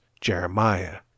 Jeremiah